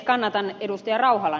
kannatan ed